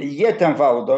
jie ten valdo